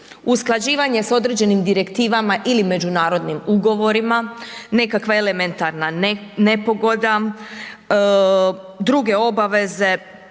usklađivanje s određenim direktivama ili međunarodnim ugovorima, nekakva elementarna nepogoda, druge obaveze